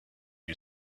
you